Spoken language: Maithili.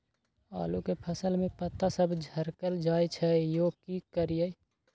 आलू के फसल में पता सब झरकल जाय छै यो की करियैई?